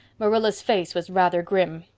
marilla's face was rather grim.